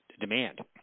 demand